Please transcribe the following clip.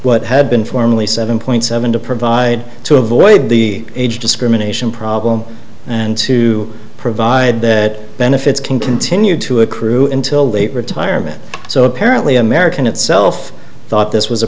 what had been formally seven point seven to provide to avoid the age discrimination problem and to provide that benefits can continue to accrue until late retirement so apparently american itself thought this was a